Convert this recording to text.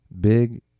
big